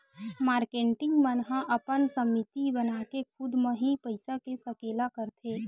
marketing मन ह अपन समिति बनाके खुद म ही पइसा के सकेला करथे